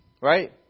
right